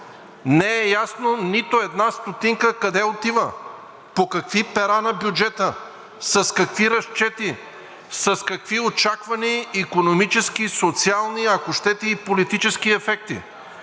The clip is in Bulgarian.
Не е ясно нито една стотинка къде отива, по какви пера на бюджета, с какви разчети, с какви икономически очаквания, социални, ако щете, и политически ефекти.